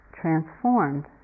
transformed